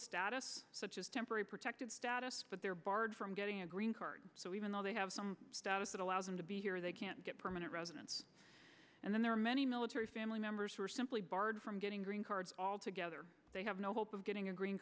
status such as temporary protective status but they're barred from getting a green card so even though they have some status that allows them to be here they can't get permanent residence and then there are many military family members who are simply barred from getting green cards altogether they have no hope of getting a green